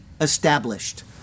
established